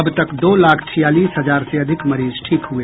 अब तक दो लाख छियालीस हजार से अधिक मरीज ठीक हुए